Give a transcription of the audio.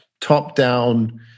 top-down